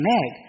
Meg